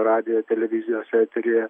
radijo televizijos eteryje